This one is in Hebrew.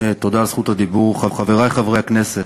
תודה על זכות הדיבור, חברי חברי הכנסת,